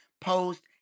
post